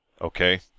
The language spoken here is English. Okay